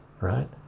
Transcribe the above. right